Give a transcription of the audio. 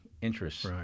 interests